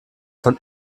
von